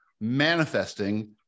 manifesting